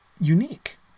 unique